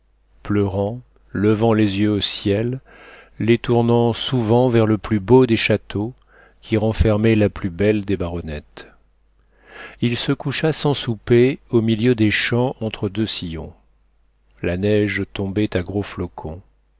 pleurant levant les yeux au ciel les tournant souvent vers le plus beau des châteaux qui renfermait la plus belle des baronnettes il se coucha sans souper au milieu des champs entre deux sillons la neige tombait à gros flocons